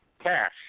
cash